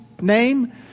name